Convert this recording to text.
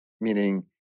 meaning